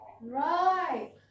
right